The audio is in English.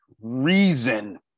reason